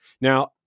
Now